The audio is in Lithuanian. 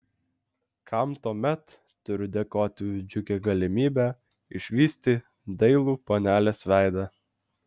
kam tuomet turiu dėkoti už džiugią galimybę išvysti dailų panelės veidą